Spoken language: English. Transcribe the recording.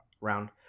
round